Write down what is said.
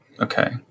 Okay